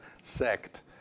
sect